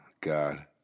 God